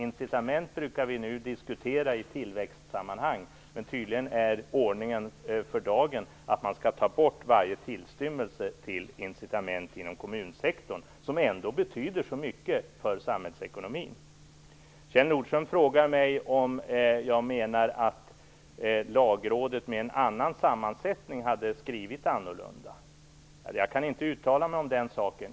Incitament brukar vi diskutera i tillväxtsammanhang, men tydligen är ordningen för dagen den att man skall ta bort varje tillstymmelse till incitament inom kommunsektorn som ändå betyder så mycket för samhällsekonomin. Kjell Nordström frågar mig om jag menar att Lagrådet med en annan sammansättning hade skrivit annorlunda. Jag kan inte uttala mig om den saken.